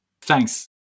Thanks